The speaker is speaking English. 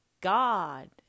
God